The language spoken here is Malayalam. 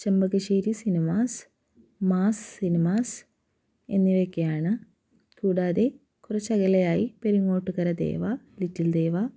ചെമ്പകശ്ശേരി സിനിമാസ് മാസ് സിനിമാസ് എന്നിവയൊക്കെയാണ് കൂടാതെ കുറച്ചകലെയായി പെരിങ്ങോട്ടുകര ദേവ ലിറ്റില് ദേവ